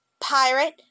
pirate